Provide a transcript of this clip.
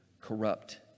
corrupt